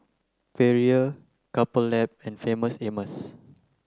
Perrier Couple Lab and Famous Amos